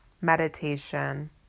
meditation